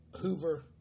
Hoover